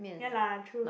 ya lah true